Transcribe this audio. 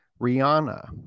rihanna